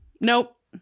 nope